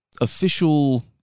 official